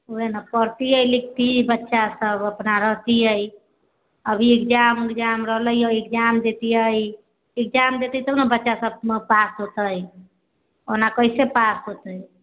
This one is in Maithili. उहे न पढतियै लिखती बच्चा सब अपना रहतियै अभी एग्जाम उग्जाम रहलै हऽ एग्जाम दैतियै तब न बच्चा सब पास हेतै ओना कैसे पास हेतै